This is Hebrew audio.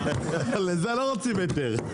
לזה לא רוצים היתר.